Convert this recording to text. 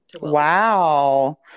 Wow